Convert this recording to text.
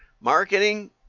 marketing